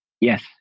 Yes